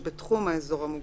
שבתחום האזור המוגבל"